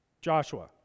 Joshua